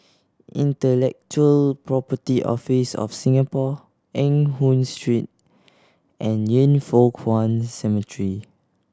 Intellectual Property Office of Singapore Eng Hoon Street and Yin Foh Kuan Cemetery